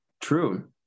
true